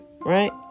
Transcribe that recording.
right